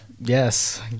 Yes